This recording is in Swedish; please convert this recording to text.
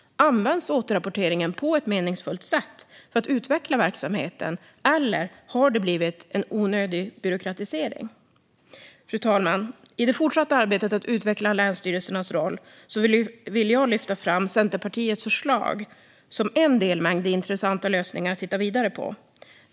Används återrapporteringen på ett meningsfullt sätt för att utveckla verksamheten, eller har det blivit en onödig byråkratisering? Fru talman! I det fortsatta arbetet att utveckla länsstyrelsernas roll vill jag lyfta fram Centerpartiets förslag som en delmängd i intressanta lösningar att titta vidare på.